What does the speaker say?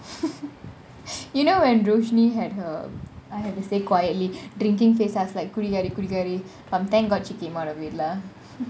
you know rushni had her I have to say quietly drinking phase I was like குடிகாரி குடிகாரி :kudigaari kudigaari I'm thank god she came out of it lah